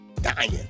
dying